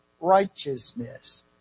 righteousness